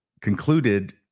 concluded